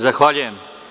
Zahvaljujem.